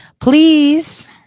Please